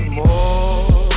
more